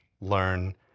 learn